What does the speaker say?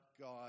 God